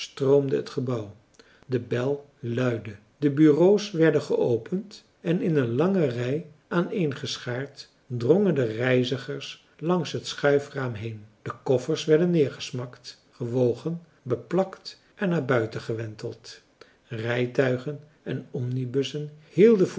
stroomde het gebouw de bel luidde de bureau's werden geopend en in een lange rij aaneengeschaard drongen de reizigers langs het schuifraam heen de koffers werden neergesmakt gewogen beplakt en naar buiten gewenteld rijtuigen en omnibussen hielden